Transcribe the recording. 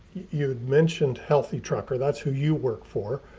you had mentioned healthy trucker that's who you work for?